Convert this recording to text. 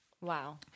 wow